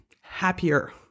happier